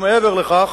ומעבר לכך,